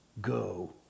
Go